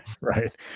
right